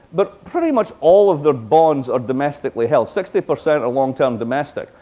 but pretty much all of their bonds are domestically held. sixty percent are long-term domestic.